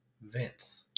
Vince